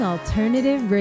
Alternative